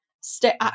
stay